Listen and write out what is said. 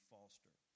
Foster